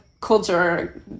culture